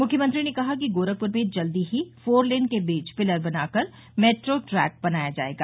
मुख्यमंत्री ने कहा कि गोरखपुर में जल्द ही फोर लेन के बीच पिलर बनाकर मेट्रो ट्रैक बनाया जायेगा